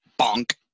bonk